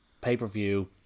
pay-per-view